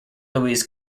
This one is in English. luis